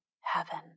heaven